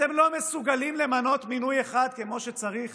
אתם לא מסוגלים למנות מינוי אחד כמו שצריך